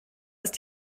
ist